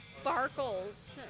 Sparkles